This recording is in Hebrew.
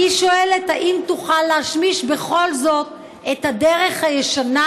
אני שואלת אם תוכל להשמיש בכל זאת את הדרך הישנה,